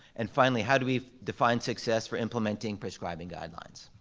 and finally, how do we define success for implementing prescribing guidelines?